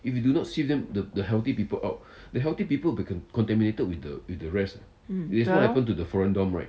mm ya lor